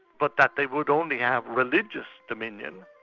but that they would only have religious dominion,